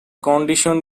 condition